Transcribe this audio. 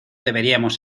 deberíamos